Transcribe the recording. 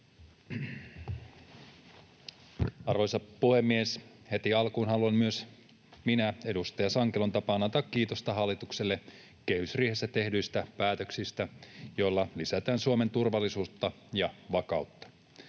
Arvoisa puhemies! Heti alkuun haluan myös minä edustaja Sankelon tapaan antaa kiitosta hallitukselle kehysriihessä tehdyistä päätöksistä, joilla lisätään Suomen turvallisuutta ja vakautta.